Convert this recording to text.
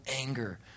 anger